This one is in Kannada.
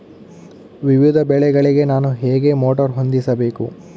ವಿವಿಧ ಬೆಳೆಗಳಿಗೆ ನಾನು ಹೇಗೆ ಮೋಟಾರ್ ಹೊಂದಿಸಬೇಕು?